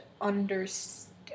understand